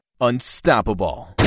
unstoppable